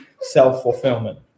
self-fulfillment